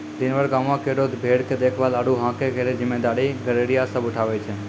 दिनभर गांवों केरो भेड़ के देखभाल आरु हांके केरो जिम्मेदारी गड़ेरिया सब उठावै छै